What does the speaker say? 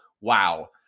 wow